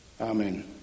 Amen